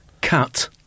cut